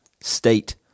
state